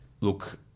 look